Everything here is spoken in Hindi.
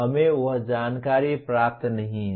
हमें वह जानकारी प्राप्त नहीं है